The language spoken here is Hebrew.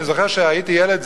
אני זוכר כשהייתי ילד,